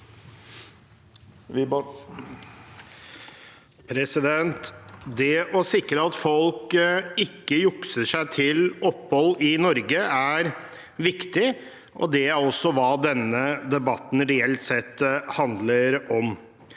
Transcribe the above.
Det å sikre at folk ikke jukser seg til opphold i Norge, er viktig, og det er også hva denne debatten reelt sett handler om.